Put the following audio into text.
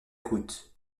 coûte